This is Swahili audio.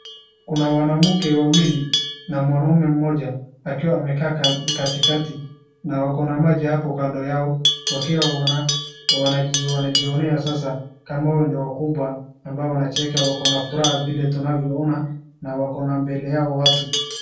Kuna wanawake wawili na mwanaume mmoja akiwa amekaa katikati na wako na maji hapo kando yao, wakiwa wanajionea sasa kama hao ndio wakubwa ambao wanacheka wako na furaha vile tunavyoona na wako na mbele yao watu.